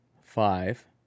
five